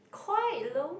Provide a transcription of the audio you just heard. quite low